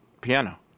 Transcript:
piano